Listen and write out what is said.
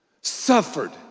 suffered